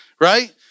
right